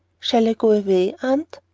shall i go away, aunt?